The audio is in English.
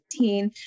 2015